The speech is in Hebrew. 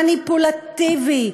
מניפולטיבי,